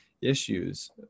issues